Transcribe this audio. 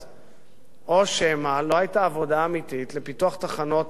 או שמא לא היתה עבודה אמיתית לפיתוח תחנות כוח